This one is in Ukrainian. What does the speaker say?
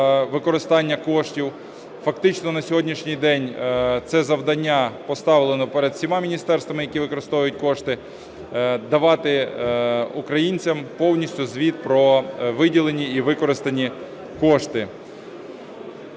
використання коштів. Фактично на сьогоднішній день це завдання поставлено перед всіма міністерствами, які використовують кошти, давати українцям повністю звіт про виділені і використані кошти.